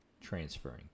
transferring